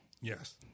Yes